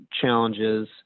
challenges